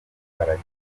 aracyari